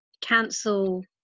cancel